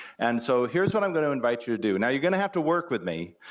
and so here's what i'm gonna invite you to do. now, you're gonna have to work with me,